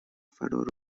فرار